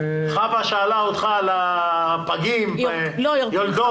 חוה שאלה אותך לגבי היולדות.